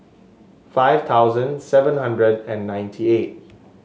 five thousand seven hundred and ninety eight